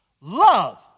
Love